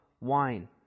wine